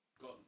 Got